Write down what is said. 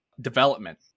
development